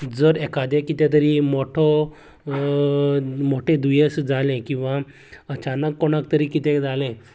जर एकादे कितें तरी मोटो मोटे दुयेंस जालें किंवां अचानक कोणाक तरी कितें जालें